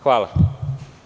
Hvala.